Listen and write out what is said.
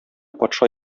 патша